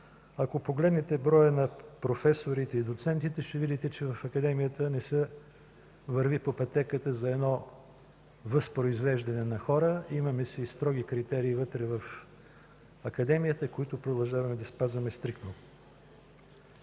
Ако погледнете броя на професорите и доцентите, ще видите, че в Академията не се върви по пътеката за едно възпроизвеждане на хора. Имаме си и строги критерии вътре в Академията, които продължаваме да спазваме стриктно.